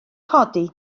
codi